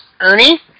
Ernie